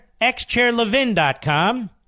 XChairLevin.com